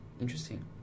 Interesting